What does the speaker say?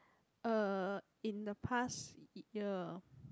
uh in the past year